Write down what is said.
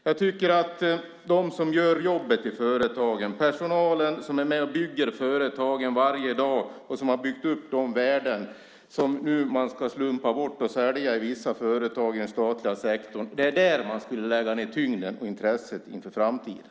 Jag tycker att det är hos dem som gör jobbet i företagen - personalen som är med och bygger företagen varje dag och som har byggt upp de värden som man nu ska slumpa bort och sälja i vissa företag i den statliga sektorn - som man borde lägga ned tyngden och intresset inför framtiden.